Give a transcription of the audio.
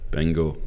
Bingo